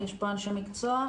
יש פה אנשי מקצוע.